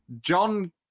John